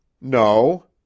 No